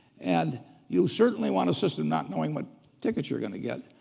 and you certainly want a system, not knowing what ticket you're gonna get,